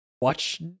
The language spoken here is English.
watch